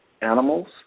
animals